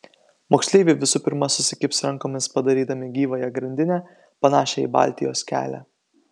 moksleiviai visų pirma susikibs rankomis padarydami gyvąją grandinę panašią į baltijos kelią